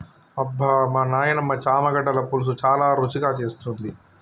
అబ్బమా నాయినమ్మ చామగడ్డల పులుసు చాలా రుచిగా చేస్తుంది